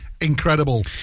incredible